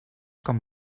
com